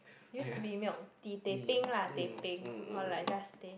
used to be milk tea teh peng lah teh peng or like just teh